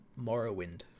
Morrowind